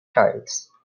charles